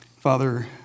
Father